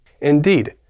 Indeed